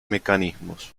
mecanismos